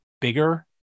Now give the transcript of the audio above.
bigger